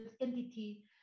entity